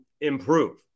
improve